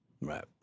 Right